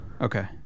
Okay